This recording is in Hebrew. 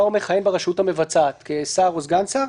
הוא מכהן ברשות המבצעת כשר או כסגן שר,